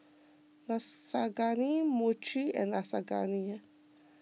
Lasagna Mochi and Lasagna